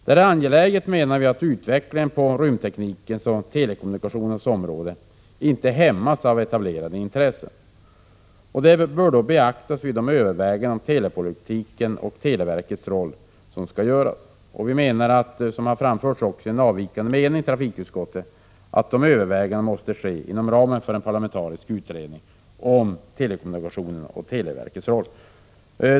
Det är angeläget, menar vi, att utvecklingen på rymdteknikens och telekommunikationernas område inte hämmas av etablerade intressen. Detta bör beaktas vid de överväganden om telepolitiken och televerkets roll som skall göras. Vi menar också, som vi har anfört i en avvikande mening i trafikutskottet, att dessa överväganden måste ske inom ramen för en parlamentarisk utredning om telekommunikationerna och televerkets roll.